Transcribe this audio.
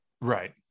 right